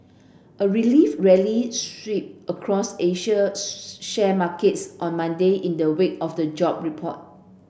a relief rally sweep across Asian share markets on Monday in the wake of the job report